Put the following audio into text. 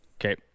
Okay